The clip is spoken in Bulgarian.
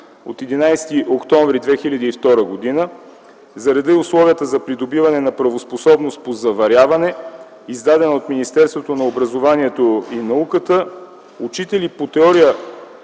от 11 октомври 2009 г. за реда и условията за придобиване на правоспособност по заваряване, издадена от Министерството на образованието и науката, учители по теория